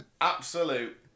Absolute